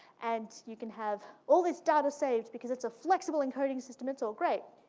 and you can have all this data saved, because it's a flexible encoding system, it's all great.